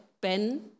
Ben